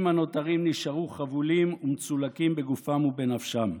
הנותרים נשארו חבולים ומצולקים בגופם ובנפשם.